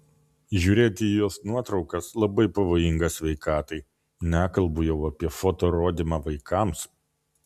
žiūrėti į jos nuotraukas labai pavojinga sveikatai nekalbu jau apie foto rodymą vaikams